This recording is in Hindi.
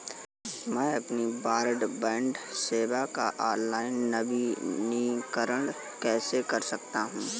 मैं अपनी ब्रॉडबैंड सेवा का ऑनलाइन नवीनीकरण कैसे कर सकता हूं?